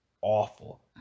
awful